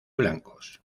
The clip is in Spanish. blancos